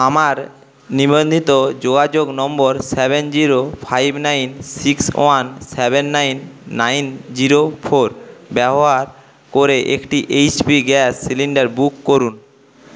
আমার নিবন্ধিত যোগাযোগ নম্বর seven zero five nine six one seven nine nine zero four ব্যবহার করে একটি এইচপি গ্যাস সিলিন্ডার বুক করুন